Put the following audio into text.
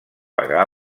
pagar